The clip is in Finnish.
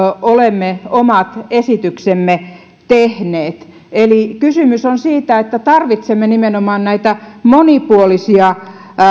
olemme omat esityksemme tehneet eli kysymys on siitä että tarvitsemme nimenomaan monipuolisia